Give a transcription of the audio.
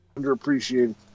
underappreciated